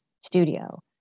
studio